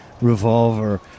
revolver